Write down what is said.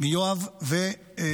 יואב סגלוביץ',